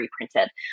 reprinted